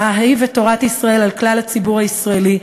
המאהיב את תורת ישראל על כלל הציבור הישראלי,